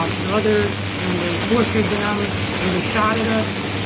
um and others and they tortured them and they shot at us.